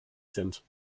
sind